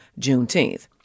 Juneteenth